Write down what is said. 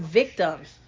victims